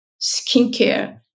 skincare